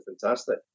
fantastic